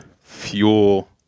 fuel